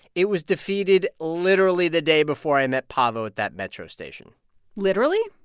it was defeated literally the day before i met paavo at that metro station literally?